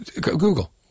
Google